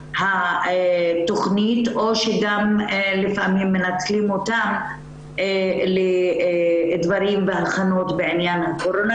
התכנית או שגם לפעמים מנצלים אותם לדברים והכנות בעניין הקורונה,